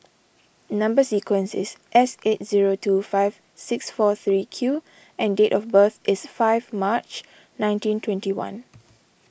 Number Sequence is S eight zero two five six four three Q and date of birth is five March nineteen twenty one